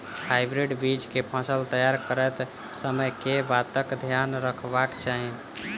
Hybrid बीज केँ फसल तैयार करैत समय कऽ बातक ध्यान रखबाक चाहि?